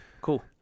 cool